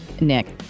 Nick